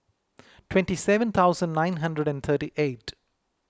twenty seven thousand nine hundred and thirty eight